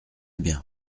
bien